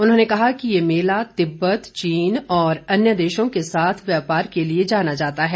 उन्होंने कहा कि यह मेला तिब्बत चीन और अन्य देशों के साथ व्यापार के लिए जाना जाता है